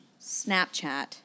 Snapchat